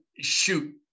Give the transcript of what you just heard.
shoot